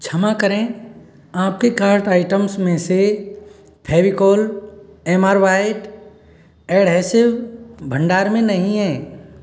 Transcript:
क्षमा करें आप के कार्ट आइटम्स में से Fevicol M R white adhesive भंडार में नहीं है